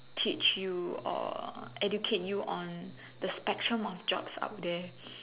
teach you or educate you on the spectrum of jobs out there